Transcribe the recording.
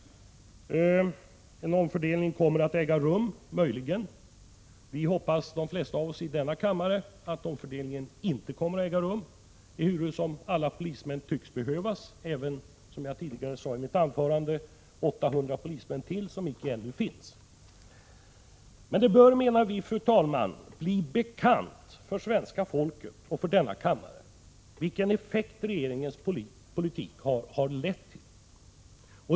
En omfördelning kommer emellertid möjligen att äga rum. De flesta i denna kammare hoppas att så inte blir fallet, eftersom alla polismän tycks behövas, även de ytterligare 800 som jag talade om tidigare och som ännu icke finns. Det bör emellertid, fru talman, enligt vår mening bli bekant för svenska folket och för denna kammare vilken effekt regeringens politik kommer att få.